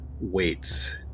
waits